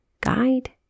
guide